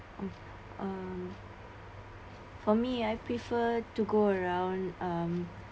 uh um for me I prefer to go around um